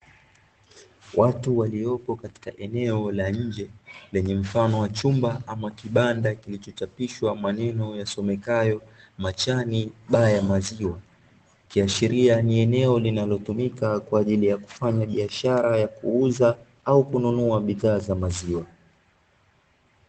Watu waliopo katika eneo la nje lenye mfano wa chumba ama kibanda kilichochapishwa maneno yasomekayo "Machani baa ya maziwa", ikiashiria ni eneo linalotumika kwa ajili ya kufanya biashara ya kuuza au kununua bidhaa za maziwa.